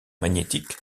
magnétiques